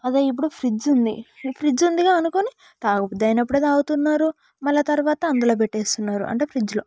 అదే ఇప్పుడు ఫ్రిడ్జ్ ఉంది ఫ్రిడ్జ్ ఉందిగా అనుకొని తాగబుద్ది అయినప్పుడు తాగుతున్నారు మళ్ళా తర్వాత అందులో పెట్టేస్తున్నారు అంటే ఫ్రిడ్జ్లో